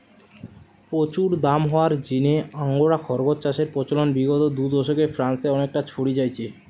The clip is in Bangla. প্রচুর দাম হওয়ার জিনে আঙ্গোরা খরগোস চাষের প্রচলন বিগত দুদশকে ফ্রান্সে অনেকটা ছড়ি যাইচে